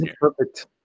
perfect